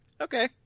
okay